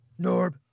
Norb